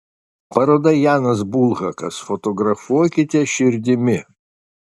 paroda janas bulhakas fotografuokite širdimi